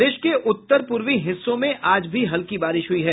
प्रदेश के उत्तर पूर्वी हिस्सों में आज भी हल्की बारिश हुई है